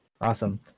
Awesome